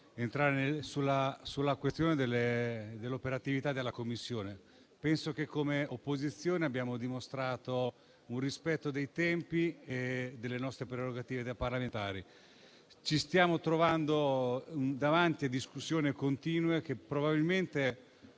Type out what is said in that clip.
intervenire sulla questione dell'operatività della Commissione. Penso che come opposizione abbiamo dimostrato rispetto dei tempi e delle nostre prerogative parlamentari. Ci stiamo trovando davanti a discussioni continue, che probabilmente